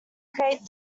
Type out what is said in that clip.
create